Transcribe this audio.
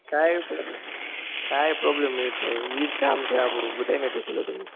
કાઇપણ કાઇ પ્રોબલમ નય થાય એજ કામ છે આપડું બધાય ને પૂછી